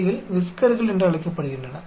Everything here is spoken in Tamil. இவைகள் விஸ்கர்கள் என்று அழைக்கப்படுகின்றன